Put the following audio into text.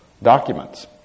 Documents